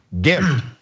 gift